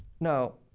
now,